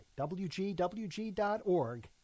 wgwg.org